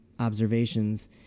observations